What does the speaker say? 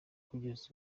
kugeza